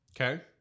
Okay